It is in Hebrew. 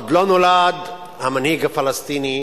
עוד לא נולד המנהיג הפלסטיני